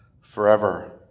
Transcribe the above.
forever